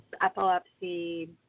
epilepsy